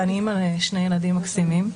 ואני אמא לשני ילדים מקסימים,